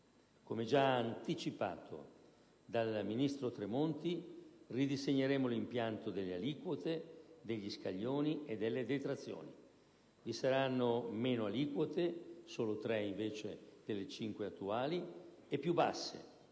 Come già anticipato dal ministro Tremonti, ridisegneremo l'impianto delle aliquote, degli scaglioni e delle detrazioni. Vi saranno meno aliquote (solo tre invece delle cinque attuali), e più basse;